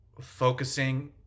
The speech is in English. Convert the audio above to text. focusing